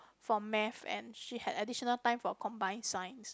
for math and she have additional time for combine science